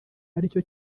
aricyo